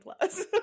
Plus